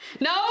No